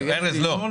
מגישים.